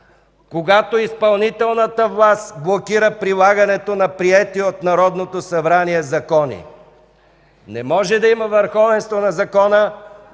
когато изпълнителната власт блокира прилагането на приети от Народното събрание закони! Не може да има върховенство на закона,